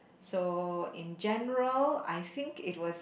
so in general I think it was